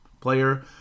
player